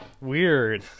Weird